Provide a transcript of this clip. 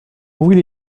ouvrit